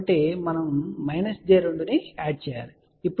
కాబట్టి మనం j 2 ను యాడ్ చేయాలి